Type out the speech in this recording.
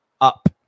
up